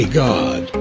god